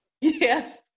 Yes